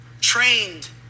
Trained